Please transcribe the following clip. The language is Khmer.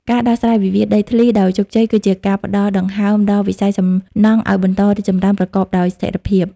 ការដោះស្រាយវិវាទដីធ្លីដោយជោគជ័យ គឺជាការផ្ដល់ "ដង្ហើម" ដល់វិស័យសំណង់ឱ្យបន្តរីកចម្រើនប្រកបដោយស្ថិរភាព។